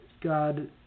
God